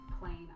plain